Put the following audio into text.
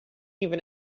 even